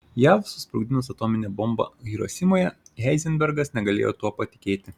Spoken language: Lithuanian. jav susprogdinus atominę bombą hirosimoje heizenbergas negalėjo tuo patikėti